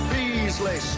Beasley